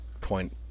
point